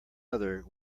other